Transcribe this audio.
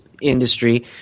industry